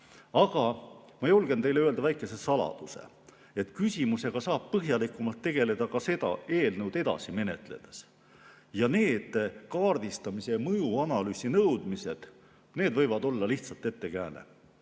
Aga ma julgen teile öelda väikese saladuse: küsimusega saab põhjalikumalt tegeleda ka seda eelnõu edasi menetledes. Need kaardistamise ja mõjuanalüüsi nõudmised võivad olla lihtsalt ettekääne.